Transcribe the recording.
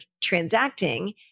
transacting